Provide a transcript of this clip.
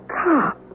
cop